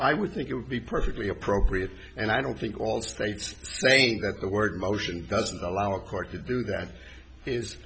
i would think it would be perfectly appropriate and i don't think all states think that the word motion doesn't allow a court to do